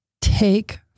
take